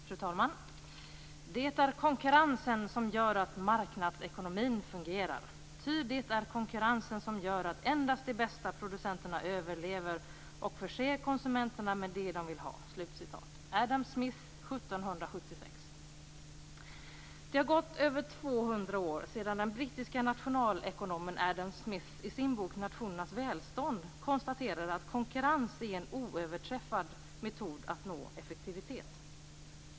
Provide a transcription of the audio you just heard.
Fru talman! Det är konkurrensen som gör att marknadsekonomin fungerar, ty det är konkurrensen som gör att endast de bästa producenterna överlever och förser konsumenterna med det som de vill ha - Det har gått över 200 år sedan den brittiske nationalekonomen Adam Smith i sin bok Nationernas välstånd konstaterade att konkurrens är en oöverträffad metod att nå effektivitet.